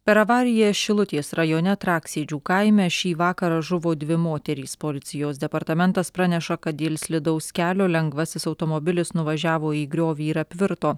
per avariją šilutės rajone traksėdžių kaime šį vakarą žuvo dvi moterys policijos departamentas praneša kad dėl slidaus kelio lengvasis automobilis nuvažiavo į griovį ir apvirto